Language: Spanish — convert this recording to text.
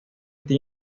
este